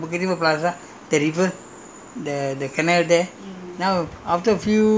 now you can't can't see now that area ah you know bukit timah plaza that river